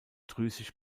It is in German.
drüsig